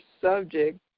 subject